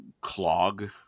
clog